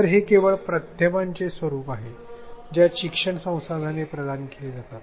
तर हे केवळ माध्यमांचे स्वरूप आहे ज्यात शिक्षण संसाधने प्रदान केली जातात